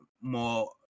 more